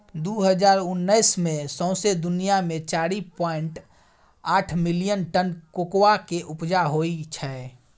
दु हजार उन्नैस मे सौंसे दुनियाँ मे चारि पाइंट आठ मिलियन टन कोकोआ केँ उपजा होइ छै